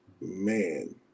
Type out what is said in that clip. man